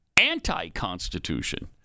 anti-Constitution